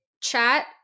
chat